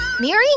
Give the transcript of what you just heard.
Miri